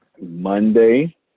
Monday